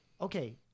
okay